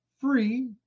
free